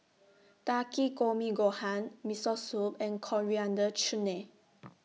Takikomi Gohan Miso Soup and Coriander Chutney